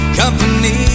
company